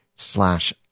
slash